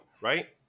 right